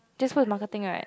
jasper is marketing right